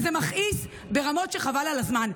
זה מכעיס ברמות שחבל על הזמן.